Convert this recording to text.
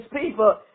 people